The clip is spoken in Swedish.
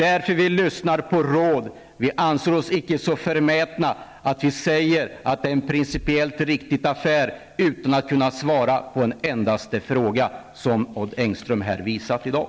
Därför lyssnar vi på råd. Vi är icke så förmätna att vi säger att det är en principiellt riktig affär utan att kunna svara på en endaste fråga, så som har varit fallet med Odd Engström här i dag.